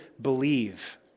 believe